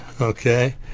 okay